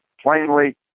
plainly